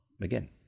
again